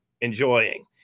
enjoying